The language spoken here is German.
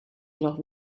jedoch